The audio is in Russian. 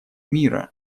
мира